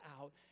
out